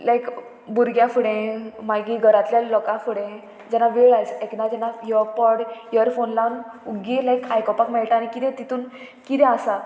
लायक भुरग्यां फुडें मागीर घरांतल्या लोकां फुडें जेन्ना वेळ आयज एकदां जेन्ना यो पोड इयरफोन लावन उगी लायक आयकोपाक मेळटा आनी कितें तितून कितें आसा